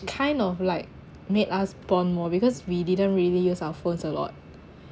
kind of like made us bond more because we didn't really use our phones a lot